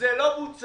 זה לא בוצע.